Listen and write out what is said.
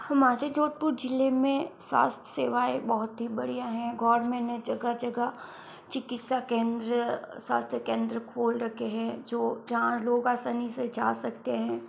हमारे जोधपुर ज़िले में स्वास्थ्य सेवाएं बहुत ही बढ़िया हैं गवर्नमेंट ने जगह जगह चिकित्सा केंद्र स्वास्थय केंद्र खोल रखे हैं जो जहां लोग आसानी से जा सकते हैं